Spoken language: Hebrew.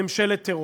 ממשלת טרור.